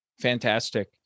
Fantastic